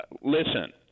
Listen